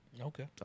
Okay